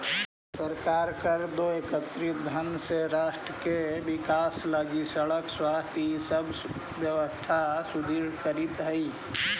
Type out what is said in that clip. सरकार कर दो एकत्रित धन से राष्ट्र के विकास लगी सड़क स्वास्थ्य इ सब व्यवस्था सुदृढ़ करीइत हई